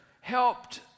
helped